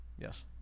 Yes